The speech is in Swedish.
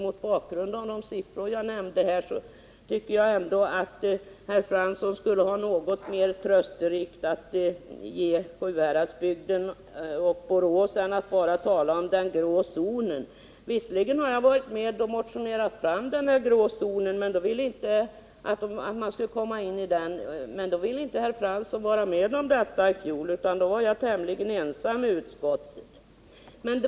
Mot bakgrund av de siffror som jag nämnde tycker jag att herr Fransson skulle ha något mer tröstrikt att ge Sjuhäradsbygden och Borås än att bara tala om den grå zonen. Jag var i fjol med om att motionera om att den grå zonen skulle omfatta även Sjuhäradsbygden och Borås, men då ville inte herr Fransson vara med utan jag var tämligen ensam i utskottet.